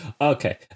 okay